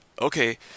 Okay